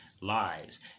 lives